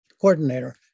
coordinator